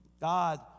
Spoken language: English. God